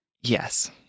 Yes